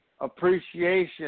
appreciation